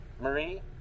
Marie